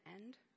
end